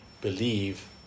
believe